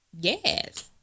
Yes